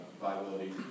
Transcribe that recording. viability